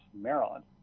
Maryland